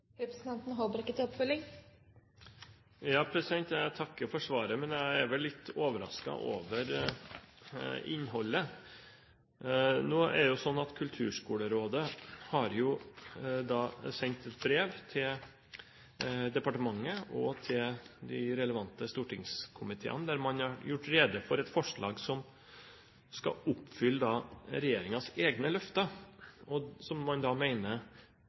Jeg takker for svaret, men jeg er vel litt overrasket over innholdet. Det er slik at Kulturskolerådet har sendt et brev til departementet og til de relevante stortingskomiteene, der man har gjort rede for et forslag som skal oppfylle regjeringens egne løfter, og som man